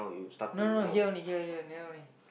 no no no here only here here near only